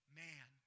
man